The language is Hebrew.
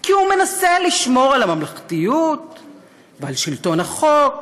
כי הוא מנסה לשמור על הממלכתיות ועל שלטון החוק